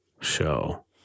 show